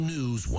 News